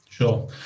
Sure